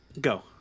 go